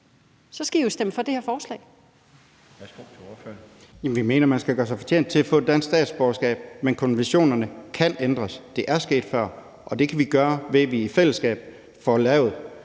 Kl. 16:42 Kristian Bøgsted (DD): Vi mener, at man skal gøre sig fortjent til at få dansk statsborgerskab. Men konventionerne kan ændres; det er sket før, og det kan vi gøre, ved at vi i fællesskab får lavet